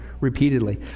repeatedly